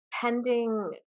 pending